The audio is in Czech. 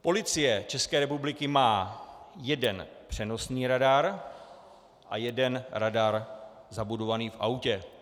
Policie České republiky má jeden přenosný radar a jeden radar zabudovaný v autě.